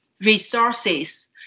resources